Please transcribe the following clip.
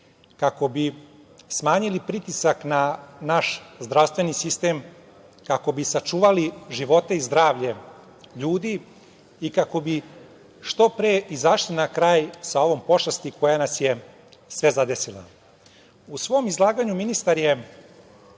kako bi smanjili pritisak na naš zdravstveni sistem, kako bi sačuvali živote i zdravlje ljudi i kako bi što pre izašli na kraj sa ovom pošasti koja nas je sve zadesila.U svom izlaganju ministar je